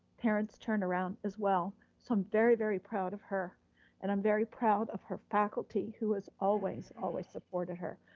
parents turned around as well, so i'm very, very proud of her and i'm very proud of her faculty who has always, always supported her.